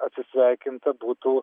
atsisveikinta būtų